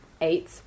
eight